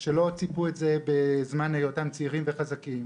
שלא ציפו לזה בזמן היותם צעירים וחזקים,